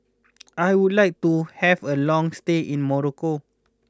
I would like to have a long stay in Morocco